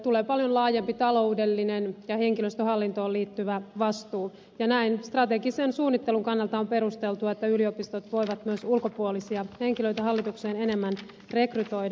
tulee paljon laajempi taloudellinen ja henkilöstöhallintoon liittyvä vastuu ja näin strategisen suunnittelun kannalta on perusteltua että yliopistot voivat myös ulkopuolisia henkilöitä hallitukseen enemmän rekrytoida